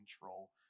control